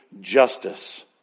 justice